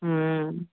হ্যাঁ